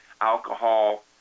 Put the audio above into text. alcohol